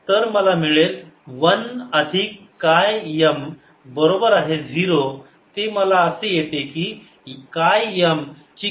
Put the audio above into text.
तर मला मिळेल 1 अधिक काय M बरोबर आहे 0 ते मला असे येते की काय M ची किंमत आहे वजा 1